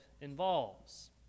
involves